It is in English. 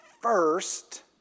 first